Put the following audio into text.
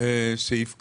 סעיף כזה.